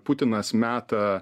putinas meta